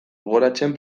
gogoratzen